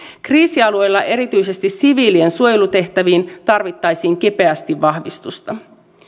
kriisialueilla erityisesti siviilien suojelutehtäviin tarvittaisiin kipeästi vahvistusta